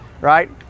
right